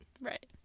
Right